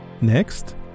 Next